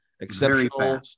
exceptional